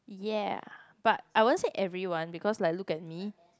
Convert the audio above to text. ya but I won't say everyone because like look at me